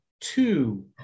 two